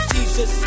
Jesus